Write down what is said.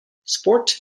sports